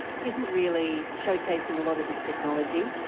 isn't really showcasing a lot of this technology.